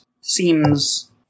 seems